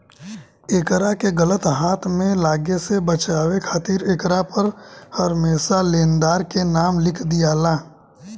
एकरा के गलत हाथ में लागे से बचावे खातिर एकरा पर हरमेशा लेनदार के नाम लिख दियाला